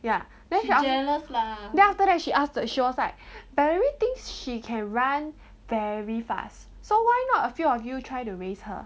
ya then then after that she asked she was like about everything she can run very fast so why not a few of you try to raise her